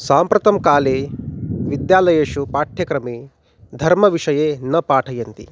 साम्प्रतं काले विद्यालयेषु पाठ्यक्रमे धर्मविषये न पाठयन्ति